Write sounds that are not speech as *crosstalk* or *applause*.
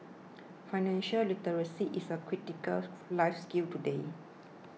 financial literacy is a critical *noise* life skill today